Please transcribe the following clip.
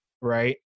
right